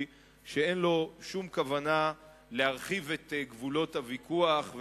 שאין לו שום כוונה להרחיב את גבולות הוויכוח,